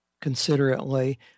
considerately